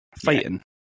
fighting